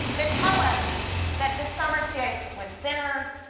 that telus that the summer sea ice was thinner.